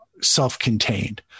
self-contained